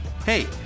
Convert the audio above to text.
Hey